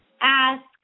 ask